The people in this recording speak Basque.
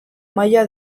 maila